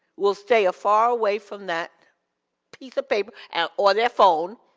will stay ah far away from that piece of paper and or their phone,